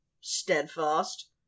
steadfast